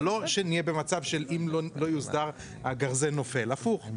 ושלא נהיה במצב שבו אם זה לא יוסדר- הגרזן נופל; הפוך.